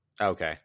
Okay